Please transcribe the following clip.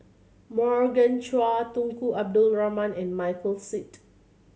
Morgan Chua Tunku Abdul Rahman and Michael Seet